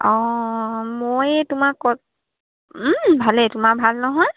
অঁ মই তোমাৰ ক'ত ভালেই তোমাৰ ভাল নহয়